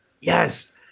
yes